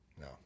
no